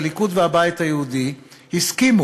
הליכוד והבית היהודי סיכמו